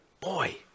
Boy